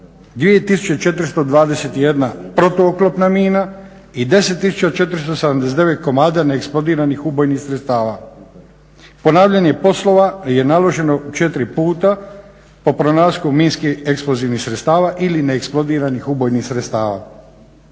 2421 protu oklopna mina i 10479 komada neeksplodiranih ubojnih sredstava. Ponavljanje poslova je naloženo 4 puta po pronalasku minski eksplozivnih sredstava ili neeksplodiranih ubojnih sredstava.